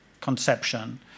conception